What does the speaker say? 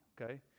okay